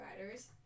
riders